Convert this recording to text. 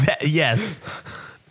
yes